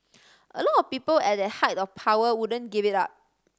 a lot of people at that height of power wouldn't give it up